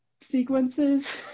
sequences